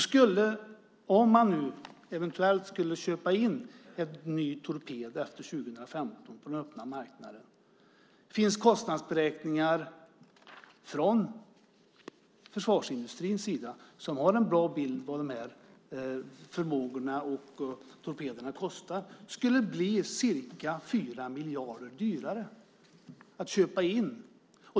Säg att man nu eventuellt skulle köpa in en ny torped efter 2015 på den öppna marknaden. Det finns då kostnadsberäkningar från försvarsindustrins sida, där man har en bra bild av vad de här förmågorna och torpederna kostar. Det skulle bli ca 4 miljarder dyrare att köpa in.